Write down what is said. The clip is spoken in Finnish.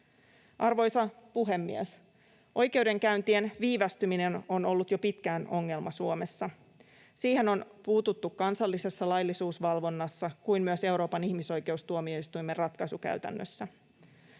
Arvoisa puhemies! Oikeudenkäyntien viivästyminen on ollut jo pitkään ongelma Suomessa. Siihen on puututtu niin kansallisessa laillisuusvalvonnassa kuin myös Euroopan ihmisoikeustuomioistuimen ratkaisukäytännössä.